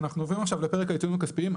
עכשיו לפרק העיצומים הכספיים,